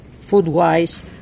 food-wise